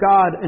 God